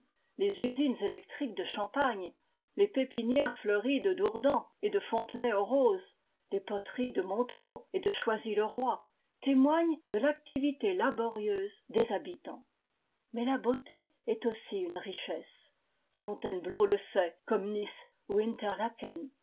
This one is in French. les usines électriques de champagne les pépinières fleuries de dourdan et de fontenay-aux-roses les poteries de montereau et de choisy ie roi témoignent de l'activité laborieuse des habitants mais la beauté est aussi une richesse fontainebleau le sait comme nice